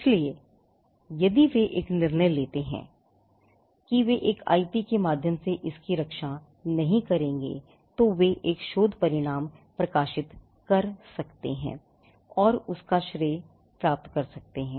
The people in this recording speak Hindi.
इसलिए यदि वे एक निर्णय लेते हैं कि वे एक आईपी के माध्यम से इसकी रक्षा नहीं करेंगे तो वे शोध परिणाम प्रकाशित कर सकते हैं और उसका श्रेय प्राप्त कर सकते हैं